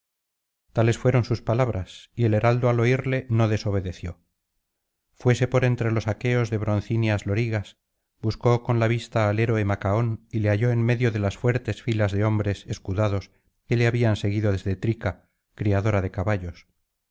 tales fueron sus palabras y el heraldo al oirle no desobedeció fuese por entre los aqueos de broncíneas lorigas buscó con la vista al héroe macaón y le halló en medio de las fuertes filas de hombres escudados que le habían seguido desde trica criadora de caballos